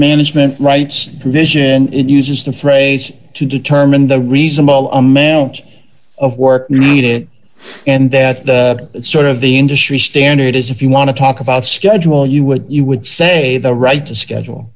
management rights commission it uses the phrase to determine the reasonable amount of work needed and that sort of the industry standard is if you want to talk about schedule you would you would say the right to schedule